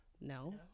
No